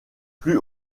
plus